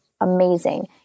amazing